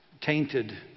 tainted